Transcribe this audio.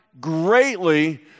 greatly